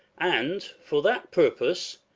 and, for that purpose,